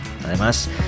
además